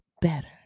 better